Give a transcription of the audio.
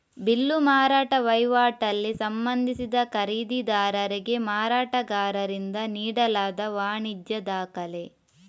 bill ಮಾರಾಟ ವೈವಾಟಲ್ಲಿ ಸಂಬಂಧಿಸಿದ ಖರೀದಿದಾರರಿಗೆ ಮಾರಾಟಗಾರರಿಂದ ನೀಡಲಾದ ವಾಣಿಜ್ಯ ದಾಖಲೆ